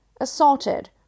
assaulted